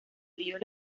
ríos